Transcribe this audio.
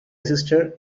assisted